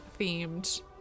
themed